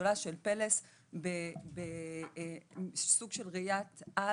הגדולה של פל"ס בסוג של ראיית על.